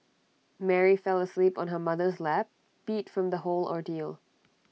Mary fell asleep on her mother's lap beat from the whole ordeal